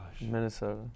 Minnesota